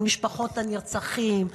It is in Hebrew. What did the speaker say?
על משפחות הנרצחים,